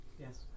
Yes